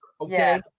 okay